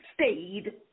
stayed